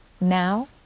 Now